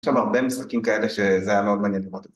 יש שם הרבה משחקים כאלה שזה היה מאוד מעניין לראות את זה.